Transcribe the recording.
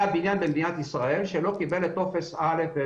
בניין במדינת ישראל שלא קיבל את טופס א',